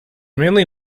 mainly